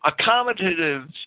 accommodative